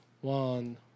One